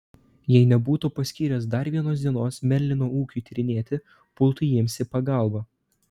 jei nebūtų paskyręs dar vienos dienos merlino ūkiui tyrinėti pultų jiems į pagalbą